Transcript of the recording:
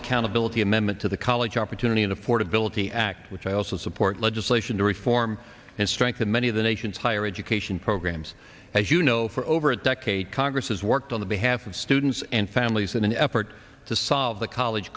accountability amendment to the college opportunity and affordability act which i also support legislation to reform and strengthen many of the nation's higher education programs as you know for over a decade congress has worked on the behalf of students and families in an effort to solve the college